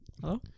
hello